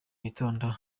bitonda